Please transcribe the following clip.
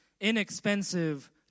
inexpensive